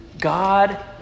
God